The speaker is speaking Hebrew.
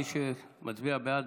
מי שמצביע בעד,